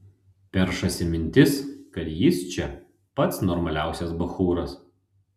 peršasi mintis kad jis čia pats normaliausias bachūras